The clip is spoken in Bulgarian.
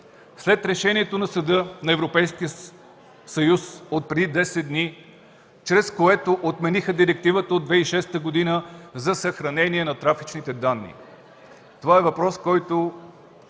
след решението на Съда на Европейския съюз отпреди 10 дни, чрез което отмениха Директивата от 2006 г. за съхранение на трафичните данни? Това е въпрос, който